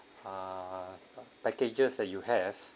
ah packages that you have